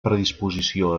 predisposició